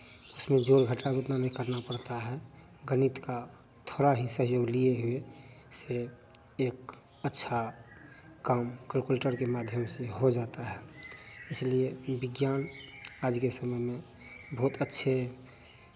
उसमें जोड़ घटाव भी उतना नहीं करना पड़ता है गणित का थोड़ा ही सहयोग लिए हुए इसे एक अच्छा काउ कैलकुलेटर के माध्यम से हो जाता है इसलिए विज्ञान आज के समय में बहुत अच्छे